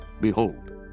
Behold